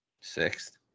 sixth